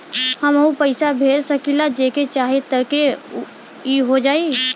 हमहू पैसा भेज सकीला जेके चाही तोके ई हो जाई?